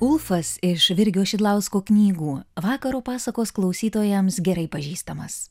ulfas iš virgio šidlausko knygų vakaro pasakos klausytojams gerai pažįstamas